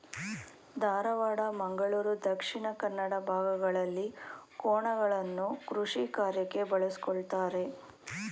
ಧಾರವಾಡ, ಮಂಗಳೂರು ದಕ್ಷಿಣ ಕನ್ನಡ ಭಾಗಗಳಲ್ಲಿ ಕೋಣಗಳನ್ನು ಕೃಷಿಕಾರ್ಯಕ್ಕೆ ಬಳಸ್ಕೊಳತರೆ